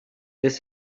this